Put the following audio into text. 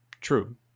True